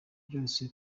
byose